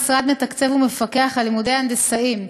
המשרד מתקצב ומפקח על לימודי הנדסאים.